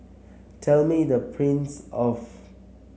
tell me the prince of